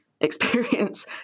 experience